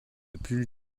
plus